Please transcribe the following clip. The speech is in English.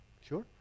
sure